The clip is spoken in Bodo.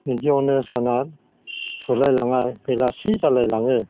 बिदियावनो साना थोलायलाङा बेलासि जालाय लाङो